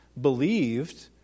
believed